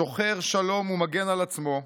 שוחר שלום ומגן על עצמו,